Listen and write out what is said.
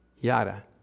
Yada